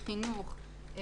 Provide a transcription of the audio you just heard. חינוך,